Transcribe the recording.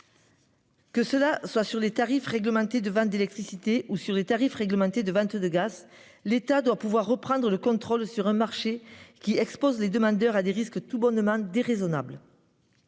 Que cela soit sur les tarifs réglementés de vente d'électricité ou sur les tarifs réglementés de 22 grâce, l'État doit pouvoir reprendre le contrôle sur un marché qui expose les demandeurs à des risques tout bonnement déraisonnable.--